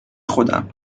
خودم